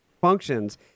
functions